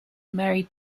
married